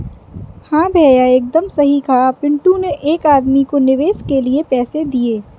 हां भैया एकदम सही कहा पिंटू ने एक आदमी को निवेश के लिए पैसे दिए